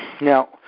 now